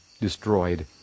destroyed